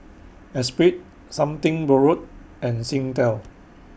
Espirit Something Borrowed and Singtel